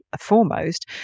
foremost